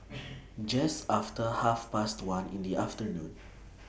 Just after Half Past one in The afternoon